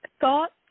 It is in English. thought